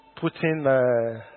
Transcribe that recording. putting